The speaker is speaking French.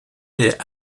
est